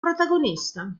protagonista